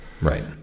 Right